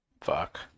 Fuck